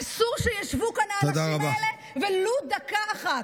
אסור שישבו כאן האנשים האלה ולו לדקה אחת.